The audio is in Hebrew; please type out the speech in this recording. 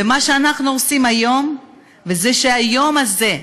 ומה שאנחנו עושים היום זה שהיום הזה,